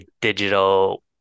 digital